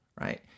right